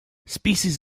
species